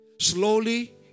slowly